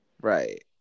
right